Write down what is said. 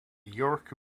york